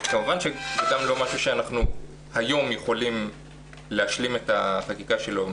כמובן שזה גם לא משהו שהיום אנחנו יכולים להשלים את החקיקה שלו.